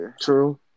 True